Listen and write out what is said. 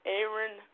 Aaron